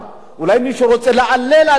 אולי מישהו רוצה להעליל עליהם,